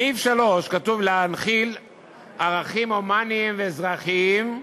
בסעיף (3) כתוב: להנחיל ערכים הומניים ואזרחיים,